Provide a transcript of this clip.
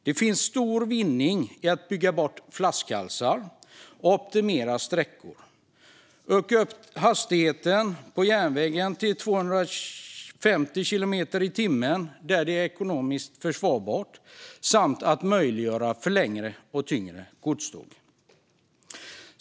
Det finns stor vinning i att bygga bort flaskhalsar och optimera sträckor, öka hastigheten på järnvägen till 250 kilometer i timmen där det är ekonomiskt försvarbart och möjliggöra längre och tyngre godståg.